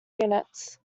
units